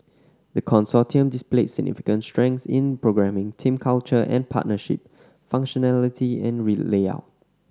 the Consortium displayed significant strengths in programming team culture and partnership functionality and we layout